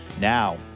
now